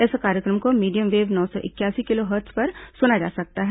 इस कार्यक्रम को मीडियम वेव नौ सौ इकयासी किलोहर्ट्ज पर सुना जा सकता है